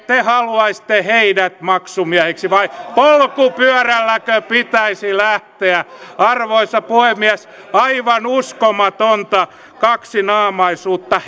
te haluaisitte maksumiehiksi vai polkupyörälläkö pitäisi lähteä arvoisa puhemies aivan uskomatonta kaksinaamaisuutta